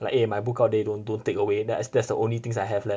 like eh my book out day don't don't take away that's that's the only things I have left